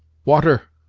water!